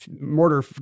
mortar